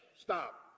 stop